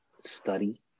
study